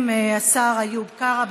המשפטים, השר איוב קרא.